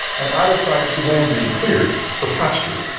and either side you see land being cleared for pasture,